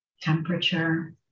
temperature